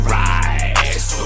rise